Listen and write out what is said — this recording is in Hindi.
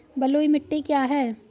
बलुई मिट्टी क्या है?